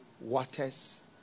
Waters